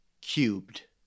cubed